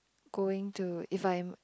going to if I am